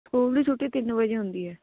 school ਦੀ ਛੁੱਟੀ ਤਿੰਨ ਵਜੇ ਹੁੰਦੀ ਹੈ